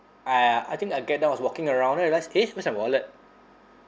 uh I think I get down was walking around and then I realise eh where's my wallet